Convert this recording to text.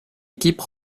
équipe